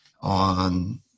on